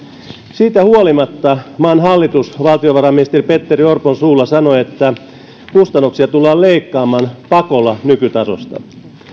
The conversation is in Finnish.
siitä huolimatta maan hallitus valtiovarainministeri petteri orpon suulla sanoo että kustannuksia tullaan leikkaamaan pakolla nykytasosta